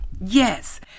Yes